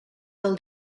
del